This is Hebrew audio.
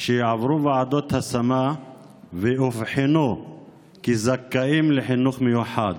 שעברו ועדות השמה ואובחנו כזכאים לחינוך מיוחד,